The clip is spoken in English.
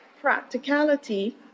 practicality